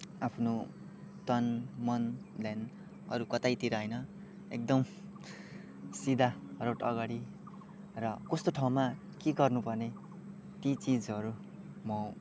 आफ्नो तन मन ध्यान अरू कतैतिर होइन एकदम सिधा रोड अगाडि र कस्तो ठाउँमा के गर्नु पर्ने ती चिजहरू म